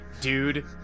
dude